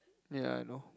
ya I know